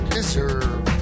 Deserve